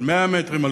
של 100 מ"ר,